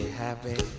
happy